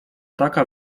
taka